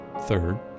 Third